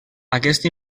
aquest